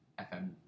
fm